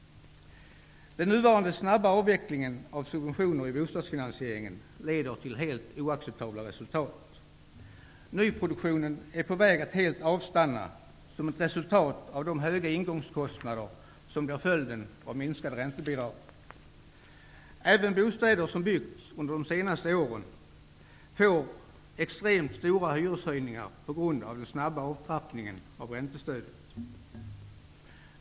Den nuvarande snabba avvecklingen av subventioner i bostadsfinansieringen leder till helt oacceptabla resultat. Nyproduktionen är på väg att helt avstanna som ett resultat av de höga ingångskostnader som blir följden av minskade räntebidrag. Även bostäder som byggts under de senaste åren får extremt stora hyreshöjningar på grund av den snabba avtrappningen av räntestödet.